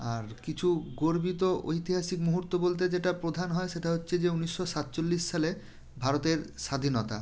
আর কিছু গর্বিত ঐতিহাসিক মুহুর্ত বলতে যেটা প্রধান হয় সেটা হচ্ছে যে উনিশশো সাতচল্লিশ সালে ভারতের স্বাধীনতা